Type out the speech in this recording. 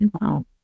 Wow